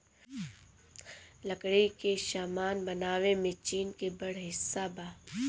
लकड़ी के सामान बनावे में चीन के बड़ हिस्सा बा